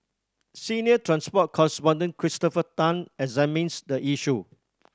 senior transport correspondent Christopher Tan examines the issue